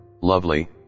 lovely